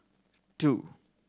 two